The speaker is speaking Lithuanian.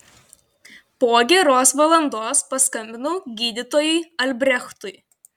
po geros valandos paskambinau gydytojui albrechtui